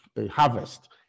harvest